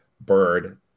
Bird